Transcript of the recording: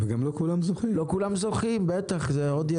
לא כולם זוכים, זה ידוע.